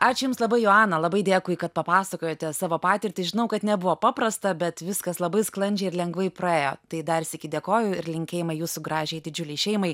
ačiū jums labai joana labai dėkui kad papasakojote savo patirtį žinau kad nebuvo paprasta bet viskas labai sklandžiai ir lengvai praėjo tai dar sykį dėkoju ir linkėjimai jūsų gražiai didžiulei šeimai